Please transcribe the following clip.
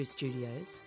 Studios